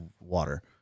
water